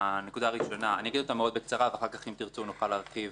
אומר אותם מאוד בקצרה, ונוכל להרחיב